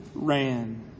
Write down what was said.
ran